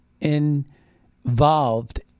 involved